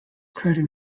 credit